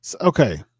Okay